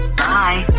bye